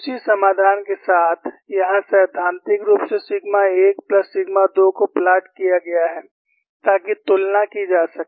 उसी समाधान के साथ यहां सैद्धांतिक रूप से सिग्मा 1 प्लस सिग्मा 2 को प्लॉट किया गया है ताकि तुलना की जा सके